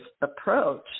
approach